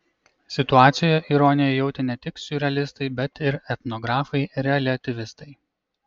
situacijoje ironiją jautė ne tik siurrealistai bet ir etnografai reliatyvistai